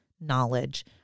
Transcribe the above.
knowledge